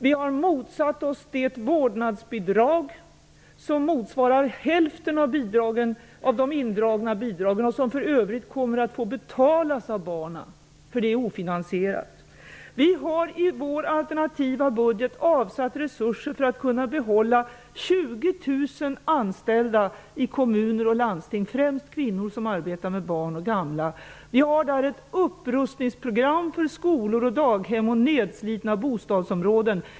Vi har motsatt oss det vårdnadsbidrag som motsvarar hälften av de indragna bidragen till kommunerna, och som för övrigt kommer att få betalas av barnen. Vårdnadsbidraget är ju ofinansierat. I vår alternativa budget har vi avsatt resurser för att kunna behålla 20 000 anställda i kommuner och landsting, främst kvinnor som arbetar med barn och gamla. Vi har ett upprustningsprogram för skolor, daghem och nedslitna bostadsområden.